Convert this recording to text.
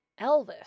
Elvis